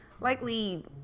likely